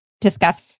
discuss